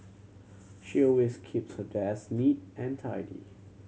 she always keeps her desk neat and tidy